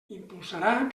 impulsarà